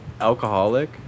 alcoholic